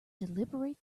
deliberate